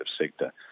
sector